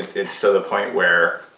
it's to the point where